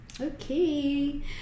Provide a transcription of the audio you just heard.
Okay